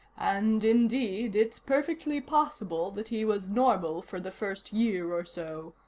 and, indeed, it's perfectly possible that he was normal for the first year or so.